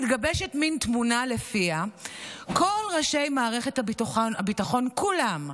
מתגבשת מין תמונה שלפיה כל ראשי מערכת הביטחון כולם,